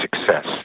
success